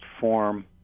form